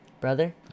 brother